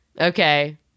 Okay